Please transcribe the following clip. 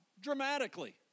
dramatically